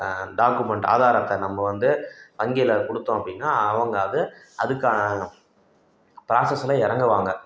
document ஆதாரத்தை நம்ம வந்து வங்கியில் கொடுத்தோம் அப்படின்னா அவங்க அதை அதுக்கான ப்ராஸஸ்ல இறங்குவாங்க